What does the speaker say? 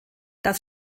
das